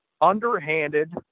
underhanded